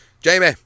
Jamie